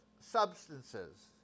substances